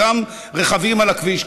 ורכבים על הכביש,